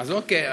אז אוקיי.